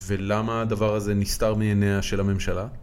ולמה הדבר הזה נסתר מעיניה של הממשלה?